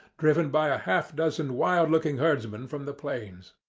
driven by a half-dozen wild-looking herdsmen from the plains.